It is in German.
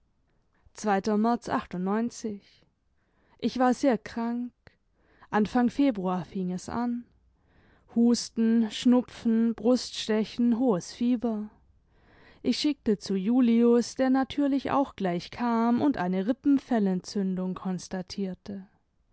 ich war sehr krank anfang februar fing es an husten schnupfen bruststechen hohes fieber ich schickte zu julius der natürlich auch gleich kam und eine rippenfellentzündung konstatierte